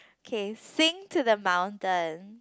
okay sing to the mountain